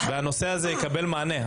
והנושא הזה יקבל מענה.